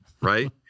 right